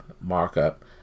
markup